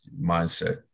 mindset